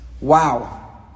Wow